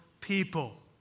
people